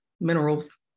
minerals